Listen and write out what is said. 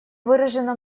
выражено